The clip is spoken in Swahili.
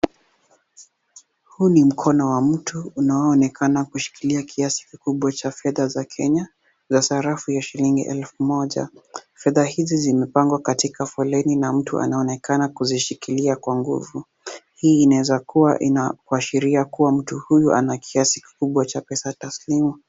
Huu ni mkono wa mtu unaonekana kushikilia kiasi kikubwa cha fedha ya sarafu ya shilingi elfu moja ya kenya. Fedha hizi zimepangwa katika foleni na mtu anaonekana kuzishikilia kwa nguvu. Hii inaweza kuwa inaashiria kuwa mtu huyo ana kiasi kikubwa cha pesa taslimu.